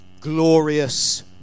glorious